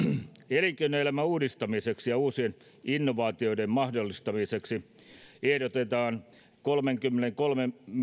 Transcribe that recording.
elinkeinoelämän uudistamiseksi ja uusien innovaatioiden mahdollistamiseksi ehdotetaan kolmenkymmenenkolmen